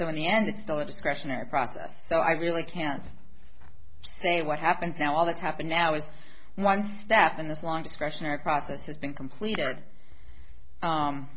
so in the end it's still a discretionary process so i really can't say what happens now all that's happened now is one step in this long discretionary process has been completed